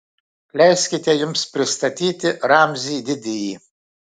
leiskite jums pristatyti ramzį didįjį